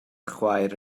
chwaer